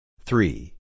Three